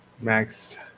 Max